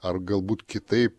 ar galbūt kitaip